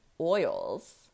oils